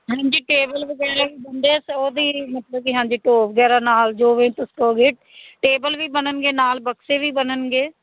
ਹਾਂਜੀ ਟੇਬਲ ਵਗੈਰਾ ਵੀ ਦਿੰਦੇ ਹਾਂ ਉਹਦੀ ਮਤਲਬ ਕਿ ਹਾਂਜੀ ਢੋਅ ਵਗੈਰਾ ਨਾਲ ਜੋ ਵੀ ਦੱਸੋਗੇ ਟੇਬਲ ਵੀ ਬਣਨਗੇ ਨਾਲ ਬਕਸੇ ਵੀ ਬਣਨਗੇ